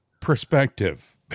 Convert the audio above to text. perspective